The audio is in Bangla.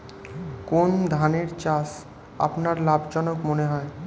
কোন ধানের চাষ আপনার লাভজনক মনে হয়?